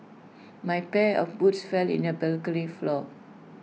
my pair of boots fell in the balcony floor